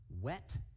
wet